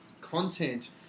content